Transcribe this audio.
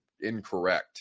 incorrect